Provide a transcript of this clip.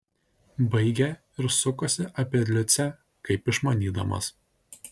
baigė ir sukosi apie liucę kaip išmanydamas